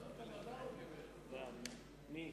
הצעת ועדת הכנסת להעביר את הצעת